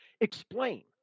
explain